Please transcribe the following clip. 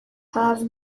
have